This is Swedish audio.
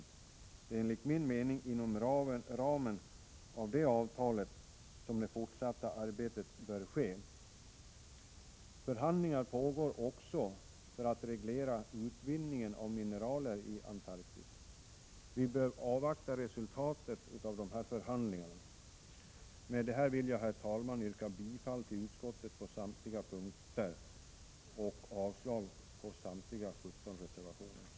Det är enligt min mening inom ramen för det avtalet som ett fortsatt arbete bör ske. Förhandlingar pågår också för att reglera utvinningen av mineral i Antarktis. Vi bör avvakta resultatet av dessa förhandlingar. Jag yrkar, herr talman, bifall till utskottets hemställan på alla punkter och avslag på samtliga 17 reservationer.